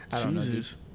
Jesus